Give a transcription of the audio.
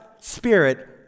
Spirit